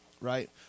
right